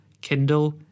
Kindle